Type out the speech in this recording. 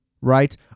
Right